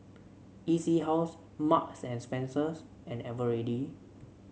E C House Marks And Spencers and Eveready